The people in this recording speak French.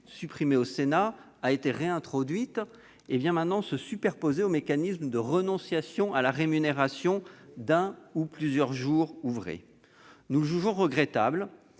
supprimée au Sénat, a été réintroduite et vient se superposer au mécanisme de renonciation à la rémunération d'un ou de plusieurs jours ouvrés. Nous le jugeons regrettable,